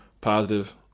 positive